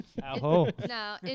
Now